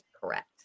Correct